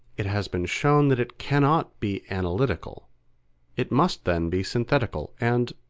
it has been shown that it cannot be analytical it must then be synthetical and,